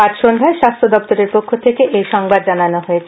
আজ সন্ধ্যায় স্বাস্থ্য দপ্তরের পক্ষ থেকে এ সংবাদ জানানো হয়েছে